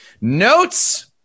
Notes